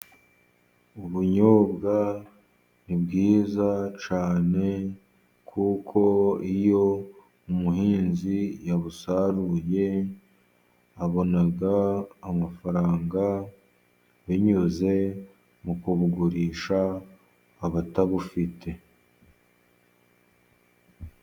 Ubunyobwa ni bwiza cyane, kuko iyo umuhinzi yabusaruye abona amafaranga, binyuze mu kubugurisha abatabufite.